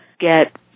get